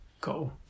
go